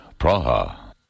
Praha